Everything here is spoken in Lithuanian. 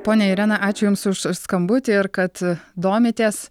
ponia irena ačiū jums už už skambutį ir kad domitės